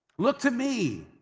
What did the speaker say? look to me,